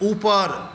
ऊपर